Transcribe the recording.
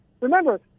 remember